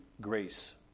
grace